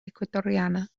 ecuatoriana